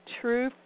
true